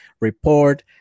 report